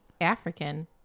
African